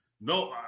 no